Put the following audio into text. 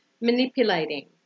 manipulating